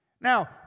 Now